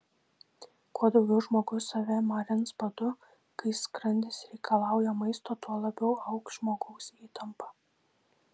kuo daugiau žmogus save marins badu kai skrandis reikalauja maisto tuo labiau augs žmogaus įtampa